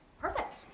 Perfect